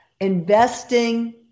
investing